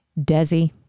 Desi